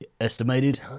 estimated